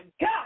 God